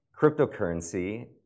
cryptocurrency